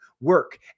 Work